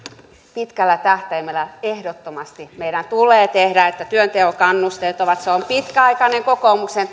pitkällä tähtäimellä ehdottomasti meidän tulee tehdä toimia työnteon kannusteiden eteen se on pitkäaikainen kokoomuksen